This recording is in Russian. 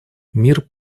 мир